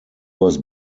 was